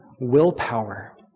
willpower